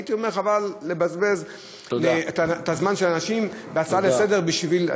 הייתי אומר: חבל לבזבז את הזמן של האנשים בהצעה לסדר-היום בשביל,